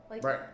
Right